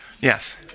Yes